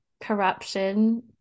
corruption